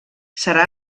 serà